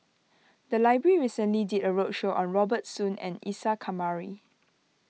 the library recently did a roadshow on Robert Soon and Isa Kamari